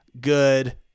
good